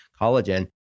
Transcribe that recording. collagen